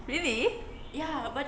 really